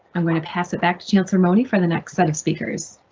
i'm gonna pass it back to chancellor mone for the next set of speakers.